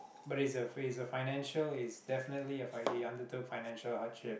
but it's a it's a financial he's definitely a fi~ he's under financial hardship